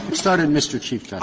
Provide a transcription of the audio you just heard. started mr. chief